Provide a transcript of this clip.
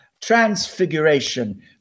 transfiguration